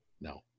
no